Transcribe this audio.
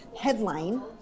headline